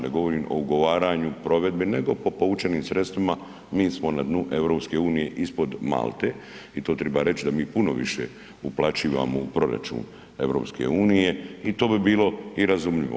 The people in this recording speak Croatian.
Ne govorim o ugovaranju, provedbi nego po povučenim sredstvima mi smo na dnu EU ispod Malte i to triba reći da mi puno više uplaćivamo u proračun EU i to bi bilo i razumljivo.